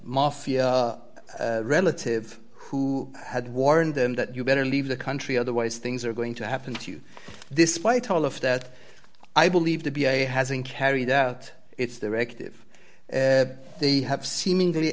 mafia relative who had warned them that you better leave the country otherwise things are going to happen to you despite all of that i believe to be a has in carried out it's directed they have seemingly